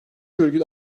virgül